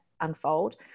unfold